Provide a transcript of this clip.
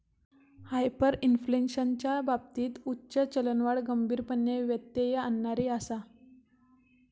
हायपरइन्फ्लेशनच्या बाबतीत उच्च चलनवाढ गंभीरपणे व्यत्यय आणणारी आसा